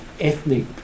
ethnic